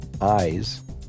eyes